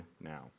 now